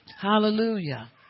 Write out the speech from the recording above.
Hallelujah